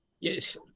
Yes